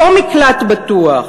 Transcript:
אותו מקלט בטוח,